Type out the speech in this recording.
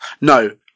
No